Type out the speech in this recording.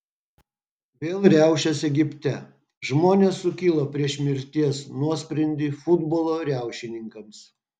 vėl riaušės egipte žmonės sukilo prieš mirties nuosprendį futbolo riaušininkams